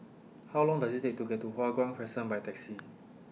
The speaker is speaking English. How Long Does IT Take to get to Hua Guan Crescent By Taxi